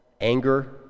anger